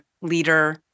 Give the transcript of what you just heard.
leader